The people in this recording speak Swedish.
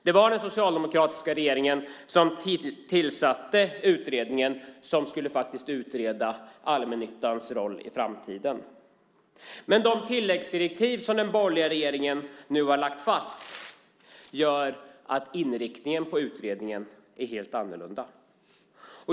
Det var den socialdemokratiska regeringen som tillsatte utredningen som skulle utreda allmännyttans roll i framtiden. Men de tilläggsdirektiv som den borgerliga regeringen nu har lagt fast gör att inriktningen på utredningen är helt annorlunda.